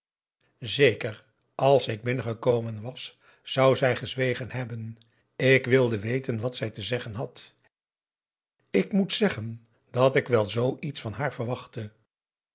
zeker als ik binnengekomen was zou zij gezwegen hebben ik wilde weten wat zij te zeggen had ik moet zeggen dat ik wel zoo iets van haar verwachtte